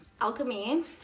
Alchemy